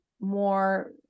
more